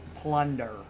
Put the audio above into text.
plunder